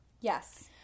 Yes